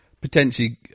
potentially